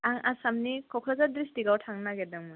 आं आसामनि क'क्राझार डिस्ट्रिक आव थांनो नागिरदोंमोन